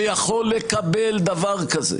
שיכול לקבל דבר כזה.